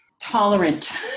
tolerant